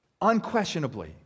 unquestionably